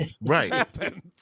right